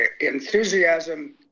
enthusiasm